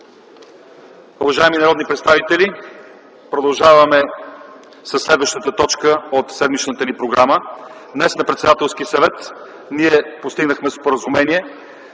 Уважаеми народни представители, продължаваме със следващата точка от седмичната ни програма. Днес на Председателския съвет постигнахме споразумение